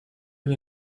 you